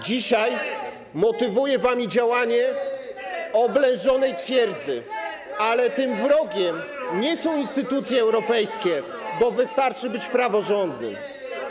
Dzisiaj motywuje was działanie oblężonej twierdzy, ale tym wrogiem nie są instytucje europejskie, bo wystarczy być praworządnym.